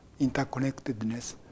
interconnectedness